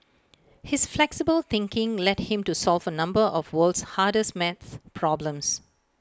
his flexible thinking led him to solve A number of world's hardest math problems